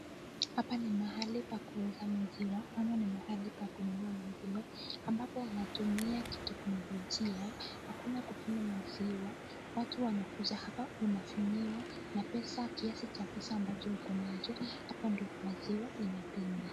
Hapa ni mahali pa kuuza maziwa ama ni mahali pa kununua maziwa ambapo wanatumia kiteknolojia. Hakuna kupima maziwa. Watu wanakuja hapa unafinyiwa na pesa kiasi cha pesa ambacho uko nacho. Hapo ndio maziwa inapimwa.